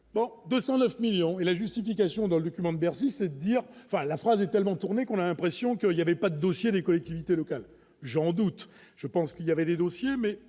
bon 209 millions et la justification dans le document de Bercy, c'est-à-dire pas la phrase est tellement tourner qu'on a impression qu'il y avait pas dossier les collectivités locales, j'en doute, je pense qu'il y avait des dossiers mais